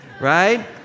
right